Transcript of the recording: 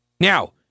Now